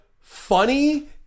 funny